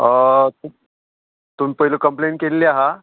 तुमी पयली कंप्लेन केल्ली आहा